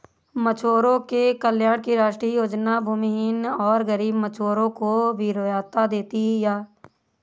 मछुआरों के कल्याण की राष्ट्रीय योजना भूमिहीन और गरीब मछुआरों को वरीयता देती है